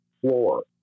floor